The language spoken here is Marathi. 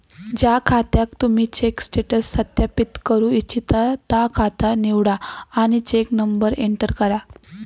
ज्या खात्याक तुम्ही चेक स्टेटस सत्यापित करू इच्छिता ता खाता निवडा आणि चेक नंबर एंटर करा